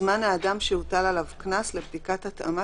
יוזמן האדם שהוטל עליו קנס לבדיקת התאמת